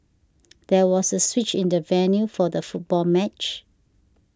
there was a switch in the venue for the football match